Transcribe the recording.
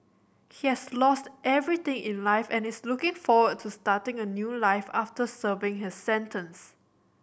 he has lost everything in life and is looking forward to starting a new life after serving his sentence